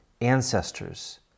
ancestors